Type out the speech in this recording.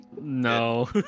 No